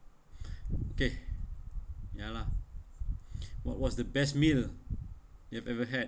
okay ya lah what was the best meal you've ever had